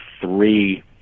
three